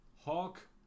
Hawk